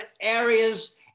areas